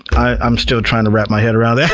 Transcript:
i'm still trying to wrap my head around yeah